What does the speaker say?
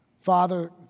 Father